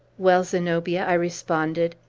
well, zenobia, i responded.